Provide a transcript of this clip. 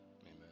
Amen